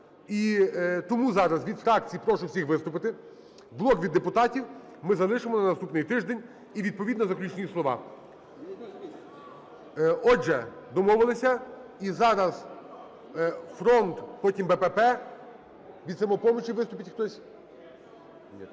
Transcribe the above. І тому зараз від фракцій прошу всіх виступити, блок від депутатів ми залишимо на наступний тиждень і, відповідно, заключні слова. Отже, домовилися. І зараз "Фронт", потім – БПП, від "Самопомочі" виступить хтось.